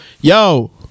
yo